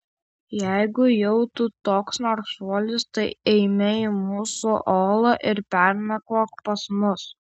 jeigu jau tu toks narsuolis tai eime į mūsų olą ir pernakvok pas mus